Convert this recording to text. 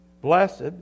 blessed